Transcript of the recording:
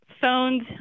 phones